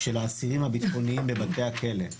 של האסירים הביטחוניים בבתי הכלא,